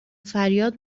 فریاد